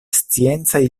sciencaj